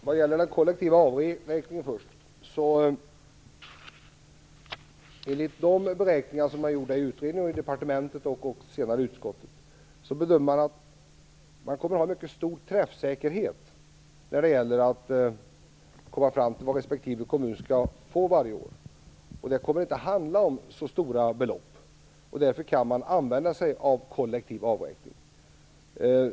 Fru talman! Jag börjar med den kollektiva avräkningen. Enligt de beräkningar som utredningen, departementet och senare utskottet har gjort bedömer man att träffsäkerheten kommer att bli mycket stor när det gäller att komma fram till hur mycket respektive kommun skall få varje år. Det handlar inte om så stora belopp. Därför kan man använda sig av kollektiv avräkning.